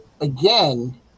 again